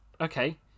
okay